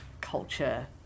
culture